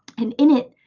and in it,